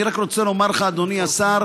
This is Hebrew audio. אני רק רוצה לומר לך דבר אחד, אדוני השר,